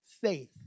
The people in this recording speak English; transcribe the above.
faith